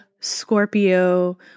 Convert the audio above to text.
Scorpio